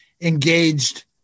engaged